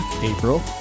April